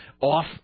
off